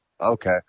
Okay